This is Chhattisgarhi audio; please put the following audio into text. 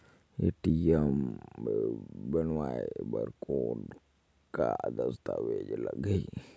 ए.टी.एम बनवाय बर कौन का दस्तावेज लगही?